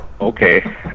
Okay